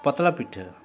ᱯᱟᱛᱲᱟ ᱯᱤᱴᱷᱟᱹ